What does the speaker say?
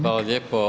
Hvala lijepo.